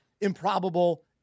improbable